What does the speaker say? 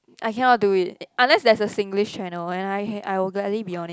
I cannot do it unless there's a Singlish channel and I I will gladly be on it